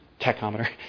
Tachometer